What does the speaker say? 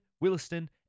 Williston